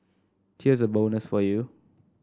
here's a bonus for you